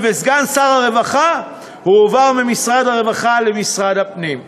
וסגן שר הרווחה הועבר ממשרד הרווחה למשרד הפנים.